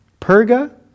Perga